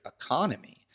economy